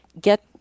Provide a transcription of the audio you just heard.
get